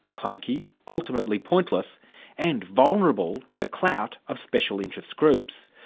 clunky, ultimately pointless and vulnerable to the clout of special interest groups.